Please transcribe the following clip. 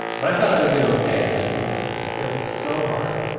but i thought i would do okay and i i just, i failed so hard.